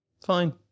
fine